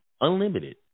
Unlimited